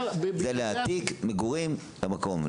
אלא להעתיק מגורים למקום.